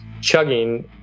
chugging